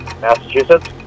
Massachusetts